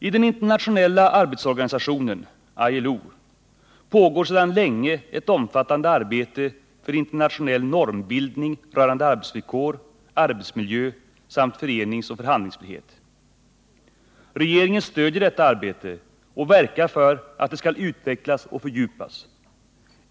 I den internationella arbetsorganisationen, ILO, pågår sedan länge ett omfattande arbete för internationell normbildning rörande arbetsvillkor, arbetsmiljö samt föreningsoch förhandlingsfrihet. Regeringen stödjer detta arbete och verkar för att det skall utvecklas och fördjupas.